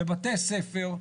בבתי ספר,